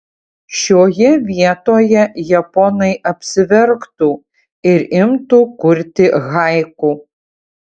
šioje vietoje japonai apsiverktų ir imtų kurti haiku